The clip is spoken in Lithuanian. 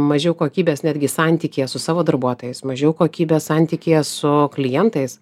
mažiau kokybės netgi santykyje su savo darbuotojais mažiau kokybės santykyje su klientais